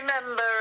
remember